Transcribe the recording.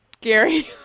Gary